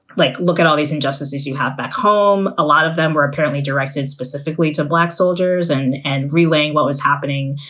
like, look at all these injustices you have back home. a lot of them were apparently directed specifically to black soldiers in and and relaying what was happening,